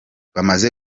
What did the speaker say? bamaze